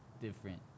Different